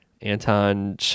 Anton